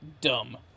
Dumb